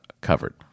covered